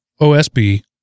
OSB